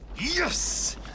Yes